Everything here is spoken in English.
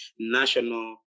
national